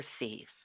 receive